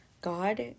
God